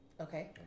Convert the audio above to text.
Okay